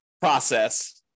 process